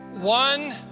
One